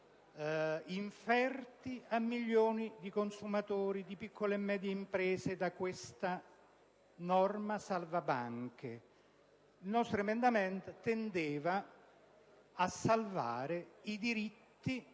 inferti a milioni di consumatori e di piccole e medie imprese da questa norma salvabanche. Il nostro emendamento tendeva a salvare i diritti